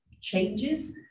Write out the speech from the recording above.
changes